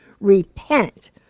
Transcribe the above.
Repent